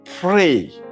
pray